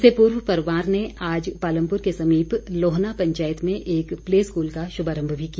इस पूर्व परमार ने आज पालमपुर के समीप लोहना पंचायत में एक प्ले स्कूल का शुभारम्भ भी किया